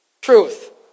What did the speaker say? truth